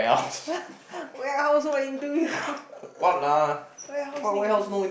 warehouse where got interview warehouse need interview